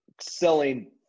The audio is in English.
selling